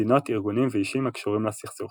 מדינות, ארגונים ואישים הקשורים לסכסוך